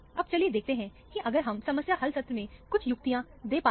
अब चलिए देखते हैं कि अगर हम समस्या हल सत्र में कुछ युक्तियाँ दे पाते हैं